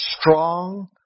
strong